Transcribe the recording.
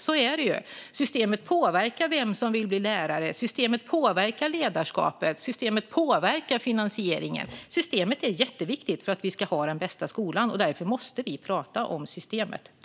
Så är det ju: Systemet påverkar vem som vill bli lärare, systemet påverkar ledarskapet och systemet påverkar finansieringen. Systemet är jätteviktigt för att vi ska ha den bästa skolan, och därför måste vi prata om systemet.